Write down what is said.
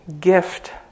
gift